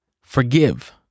forgive